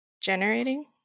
generating